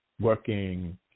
working